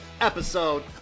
episode